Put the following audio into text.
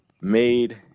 made